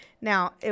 Now